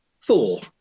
Four